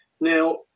Now